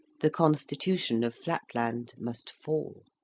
the constitution of flatland must fall.